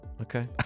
Okay